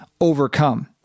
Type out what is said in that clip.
overcome